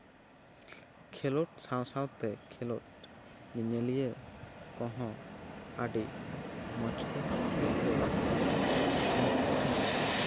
ᱠᱷᱮᱞᱳᱰ ᱥᱟᱶ ᱥᱟᱶᱛᱮ ᱠᱷᱮᱞᱚᱰ ᱧᱮᱧᱮᱞᱤᱭᱟᱹ ᱠᱚᱦᱚᱸ ᱟᱹᱰᱤ ᱢᱚᱡᱽ ᱠᱚ ᱟᱹᱭᱠᱟᱹᱣᱟ ᱩᱱᱠᱩ ᱦᱚᱸ